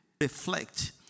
reflect